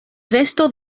vesto